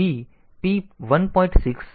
તેથી b p 1